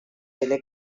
delle